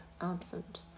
absent